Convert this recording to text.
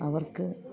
അവർക്ക്